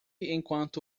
enquanto